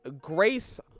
Grace